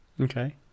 Okay